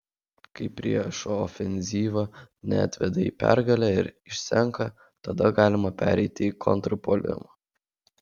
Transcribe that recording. kai priešo ofenzyva neatveda į pergalę ir išsenka tada galima pereiti į kontrpuolimą